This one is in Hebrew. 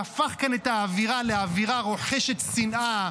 והפך כאן את האווירה לאווירה רוחשת שנאה,